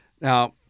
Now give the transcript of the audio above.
Now